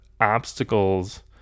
obstacles